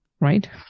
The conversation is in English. right